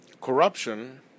corruption